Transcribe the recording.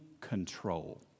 control